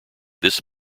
this